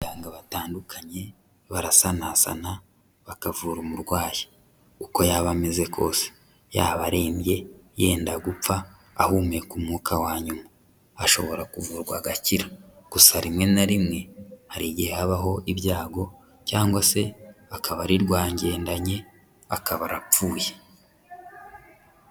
Abaganga batandukanye, barasanasana, bakavura umurwayi, uko yaba ameze kose, yaba arembye, yenda gupfa, ahumeka umwuka wa nyuma, ashobora kuvurwa agakira, gusa rimwe na rimwe hari igihe habaho ibyago cyangwa se akaba ari rwangendanye, akaba arapfuye.